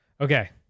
Okay